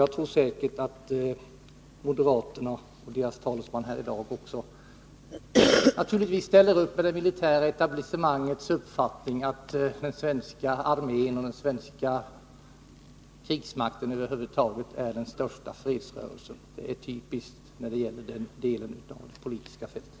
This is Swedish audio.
Naturligtvis ställer moderaterna och deras talesman här i dag också upp för det militära etablissemangets uppfattning att den svenska krigsmakten är den största fredsrörelsen. Det är typiskt för den delen av det politiska fältet.